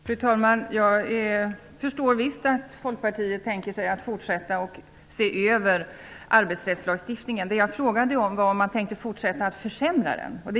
Fru talman! Jag tror visst att Folkpartiet tänker sig att fortsätta med att se över arbetsrättslagstiftningen. Vad jag frågade var om man tänkte fortsätta att försämra den.